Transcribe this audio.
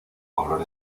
color